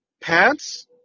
pants